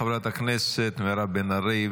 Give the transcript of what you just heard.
חברת הכנסת מירב בן ארי,